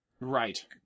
Right